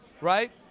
right